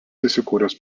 įsikūręs